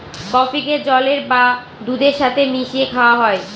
কফিকে জলের বা দুধের সাথে মিশিয়ে খাওয়া হয়